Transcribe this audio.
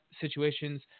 situations